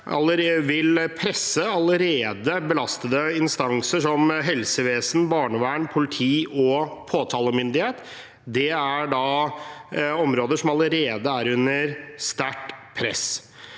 vil presse allerede belastede instanser som helsevesen, barnevern, politi og påtalemyndighet. Dette er områder som allerede er under sterkt press.